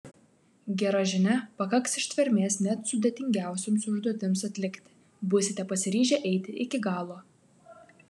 gera žinia pakaks ištvermės net sudėtingiausioms užduotims atlikti būsite pasiryžę eiti iki galo